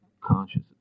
conscious